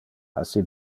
assi